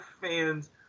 fans